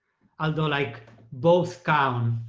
although like both count,